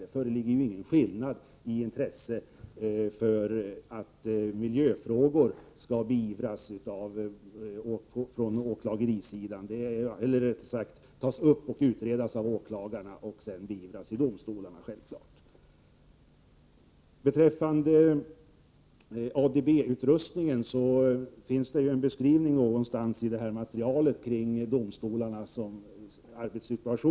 Det föreligger självfallet ingen skillnad i fråga om intresset för att miljöfrågor skall tas upp och utredas av åklagare för att sedan beivras vid domstolarna. Beträffande ADB-utrustningen finns det en beskrivning av förhållandena i det material som iordningställts om domstolarnas arbetssituation.